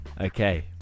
Okay